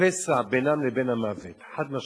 כפסע בינם לבין המוות, חד-משמעית.